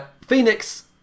Phoenix